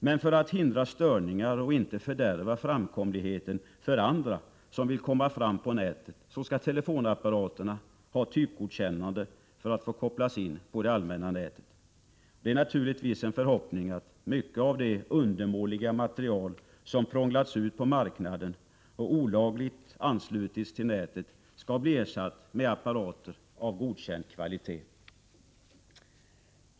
Men för att hindra störningar och inte fördärva framkomligheten för andra som vill komma fram på nätet skall telefonapparaterna ha typgodkännande för att få kopplas in på det allmänna nätet. Det är naturligtvis en förhoppning att mycket av det undermåliga material som prånglats ut på marknaden och olagligt anslutits till nätet skall bli ersatt med apparater av godkänd kvalitet.